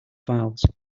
files